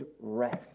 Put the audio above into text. rest